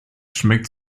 schmeckt